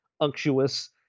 unctuous